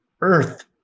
earth